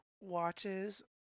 watches